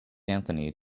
anthony